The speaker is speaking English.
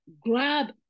grab